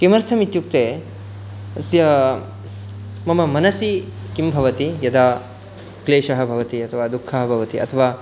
किमर्थम् इत्युक्ते अस्य मम मनसि किं भवति यदा क्लेशः भवति अथवा दुःखः भवति अथवा